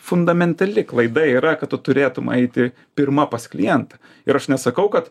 fundamentali klaida yra kad tu turėtum eiti pirma pas klientą ir aš nesakau kad